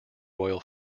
royal